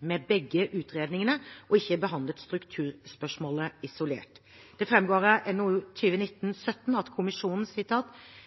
med begge utredningene, og ikke behandlet strukturspørsmålet isolert. Det framgår av NOU 2019: 17 at kommisjonen